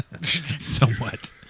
somewhat